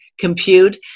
compute